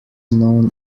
known